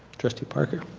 trustee parker?